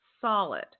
solid